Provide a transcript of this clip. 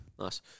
Nice